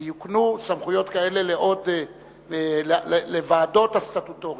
שיוקנו סמכויות כאלה לוועדות הסטטוטוריות.